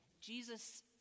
Jesus